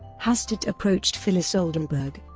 hastert approached phyllis oldenburg,